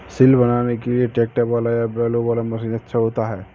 सिल बनाने के लिए ट्रैक्टर वाला या बैलों वाला मशीन अच्छा होता है?